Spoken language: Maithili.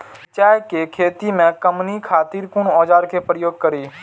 मिरचाई के खेती में कमनी खातिर कुन औजार के प्रयोग करी?